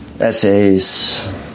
essays